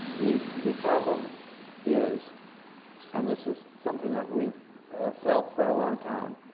the the problem is and this is something that we've felt for a long time